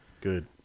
Good